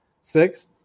six